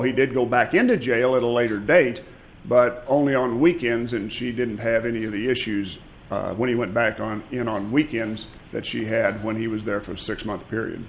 he did go back into jail at a later date but only on weekends and she didn't have any of the issues when he went back on in on weekend that she had when he was there for a six month period